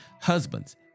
Husbands